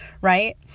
right